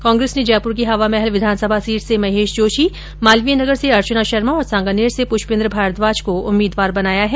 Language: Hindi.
कांग्रेस ने जयपुर की हवामहल विधानसभा सीट से महेश जोशी मालवीय नगर से अर्चना शर्मा और सांगानेर से पुष्पेन्द्र भारद्वाज को उम्मीदवार बनाया है